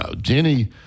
Jenny